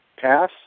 pass